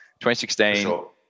2016